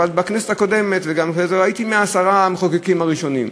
אבל בכנסת הקודמת וגם בכנסת הזאת הייתי מעשרת המחוקקים הראשונים,